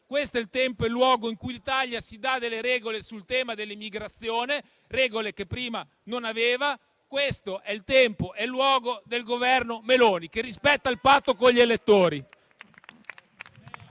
Questo è il tempo e luogo in cui l'Italia si dà delle regole sul tema dell'immigrazione, regole che prima non aveva. Questo è il tempo e luogo del Governo Meloni, che rispetta il patto con gli elettori.